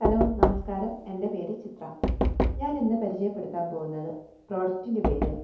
hello നമസ്ക്കാരം എൻ്റെ പേര് ചിത്ര ഞാൻ ഇന്ന് പരിചയപ്പെടുത്താൻ പോകുന്നത് പ്രൊഡക്റ്റിൻ്റെ പേര്